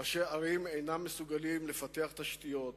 ראשי ערים אינם מסוגלים לפתח תשתיות,